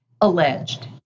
alleged